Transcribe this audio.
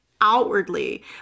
outwardly